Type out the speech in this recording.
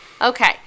Okay